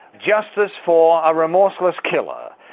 justice for a remorseless killer.